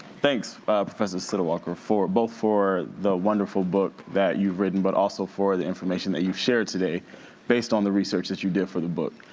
thanks professor siddle walker, both for the wonderful book that you've written, but also for the information that you've shared today based on the research that you did for the book.